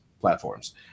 platforms